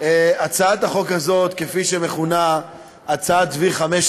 הצעת החוק הזאת, כפי שהיא מכונה "הצעת V15"